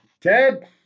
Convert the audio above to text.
Ted